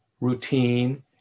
routine